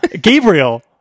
Gabriel